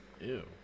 Ew